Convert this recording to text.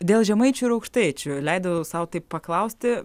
dėl žemaičių ir aukštaičių leidau sau taip paklausti